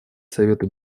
совету